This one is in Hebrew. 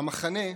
במחנה,